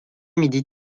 midi